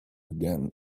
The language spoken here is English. began